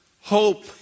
hope